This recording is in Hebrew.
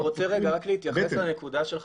אני רוצה רגע להתייחס לנקודה שלך,